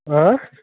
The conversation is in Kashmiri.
آ